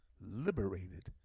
liberated